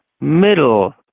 Middle